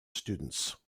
students